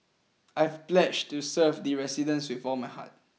I've pledged to serve the residents with all my heart